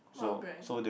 what brand